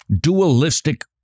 dualistic